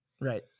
right